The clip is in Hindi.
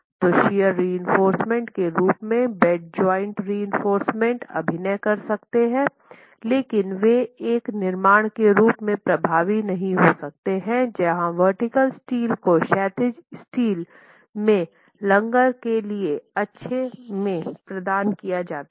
तो शियर रिइंफोर्समेन्ट के रूप में बेड जॉइंट रिइंफोर्समेन्ट अभिनय कर सकते हैं लेकिन वे एक निर्माण के रूप में प्रभावी नहीं हो सकते जहां वर्टीकल स्टील को क्षैतिज स्टील के लंगर के लिए अच्छे में प्रदान किया जाता है